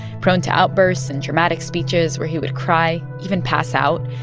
prone to outbursts and dramatic speeches where he would cry, even pass out.